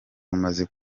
umaze